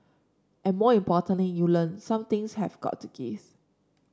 and more importantly you learn some things have got to gives